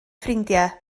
ffrindiau